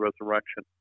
resurrection